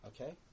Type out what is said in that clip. Okay